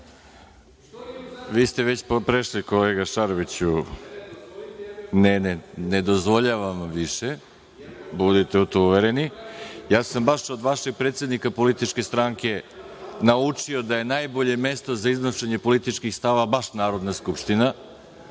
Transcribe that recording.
Šarović: Dozvolite jedan minut.)Ne, ne dozvoljavam vam više, budite u to uvereni. Ja sam baš od vašeg predsednika političke stranke naučio da je najbolje mesto za iznošenje političkih stavova baš Narodna skupština